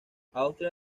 austria